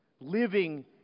Living